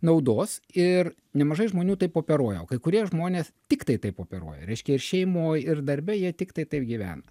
naudos ir nemažai žmonių taip operuoja o kai kurie žmonės tiktai taip operuoja reiškia ir šeimoj ir darbe jie tiktai taip gyvena